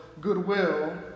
goodwill